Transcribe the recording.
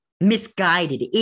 Misguided